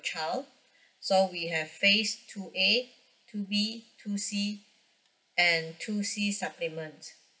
child so we have phase two A two B two C and two C supplement